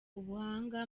ubuhanga